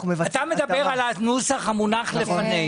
אתה מדבר על הנוסח שמונח לפנינו.